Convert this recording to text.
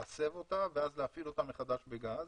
להסב אותה ואז להפעיל אותה מחדש בגז.